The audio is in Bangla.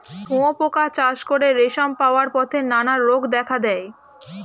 শুঁয়োপোকা চাষ করে রেশম পাওয়ার পথে নানা রোগ দেখা দেয়